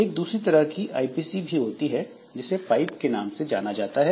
एक दूसरी तरह की IPC भी होती है जिसे पाइप के नाम से जाना जाता है